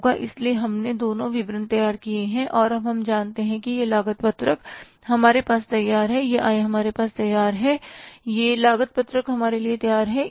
इसलिए हमने दोनों विवरण तैयार किए और अब हम जानते हैं कि यह लागत पत्रक हमारे पास तैयार है यह आय हमारे पास तैयार है यह लागत पत्रक हमारे लिए तैयार है